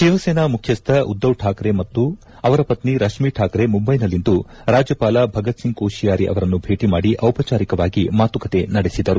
ಶಿವಸೇನಾ ಮುಖ್ಯಸ್ವ ಉದ್ದವ್ ಠಾಕ್ರೆ ಮತ್ತು ಅವರ ಪತ್ನಿ ರಶ್ಮಿ ಠಾಕ್ರೆ ಮುಂದೈನಲ್ಲಿಂದು ರಾಜ್ಯಪಾಲ ಭಗತ್ ಸಿಂಗ್ ಕೋಶಿಯಾರಿ ಅವರನ್ನು ಭೇಟಿ ಮಾಡಿ ಔಪಚಾರಿಕವಾಗಿ ಮಾತುಕತೆ ನಡೆಸಿದರು